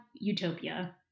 utopia